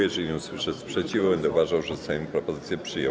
Jeżeli nie usłyszę sprzeciwu, będę uważał, że Sejm propozycję przyjął.